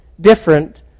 different